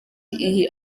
iyi